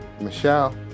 Michelle